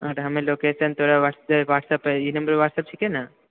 हमे लोकेशन तोरा व्हाट्सप्प पर ई नम्बर व्हाट्सप्प छीके न